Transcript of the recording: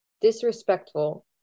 disrespectful